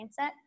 mindset